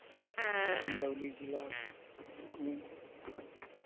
चंदौली जिला में